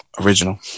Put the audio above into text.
original